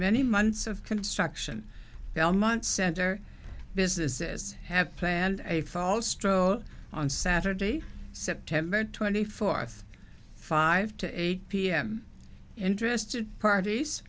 many months of construction belmont center businesses have planned a fall stroll on saturday september twenty fourth five to eight pm interested parties